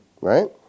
Right